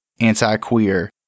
anti-queer